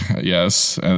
yes